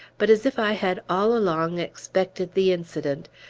but as if i had all along expected the incident,